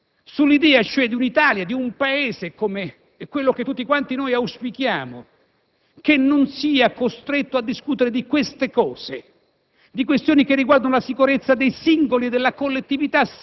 che vede realizzare in tre giorni quello che precedentemente era previsto in sei mesi. Tutto ciò deve farci riflettere